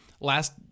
last